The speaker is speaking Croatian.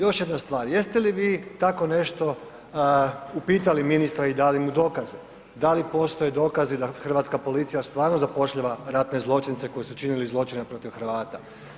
Još jedna stvar, jeste li vi tako nešto upitali ministra i dali mu dokaze, da li postoje dokaze da hrvatska policija stvarno zapošljava ratne zločince koji su čini zločine protiv Hrvata?